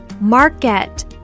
Market